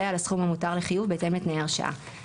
על הסכום המותר לחיוב בהתאם לתנאי ההרשאה.